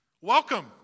Welcome